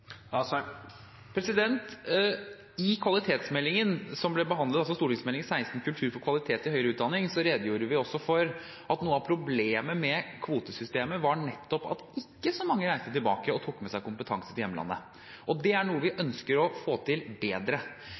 I kvalitetsmeldingen, altså Meld. St. 16 for 2016–2017, Kultur for kvalitet i høyere utdanning, redegjorde vi også for at noe av problemet med kvotesystemet nettopp var at ikke så mange reiste tilbake og tok med seg kompetanse til hjemlandet. Det er noe vi ønsker å få til bedre.